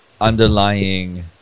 underlying